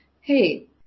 hey